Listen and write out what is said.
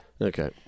Okay